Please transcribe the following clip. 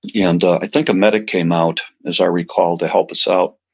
yeah and i think a medic came out, as i recall, to help us out.